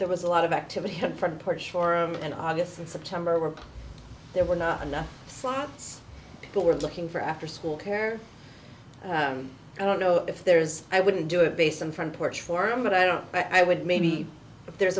there was a lot of activity had front porch forum in august and september where there were not enough slots but were looking for after school care i don't know if there is i wouldn't do it based on the front porch forum but i don't i would maybe there's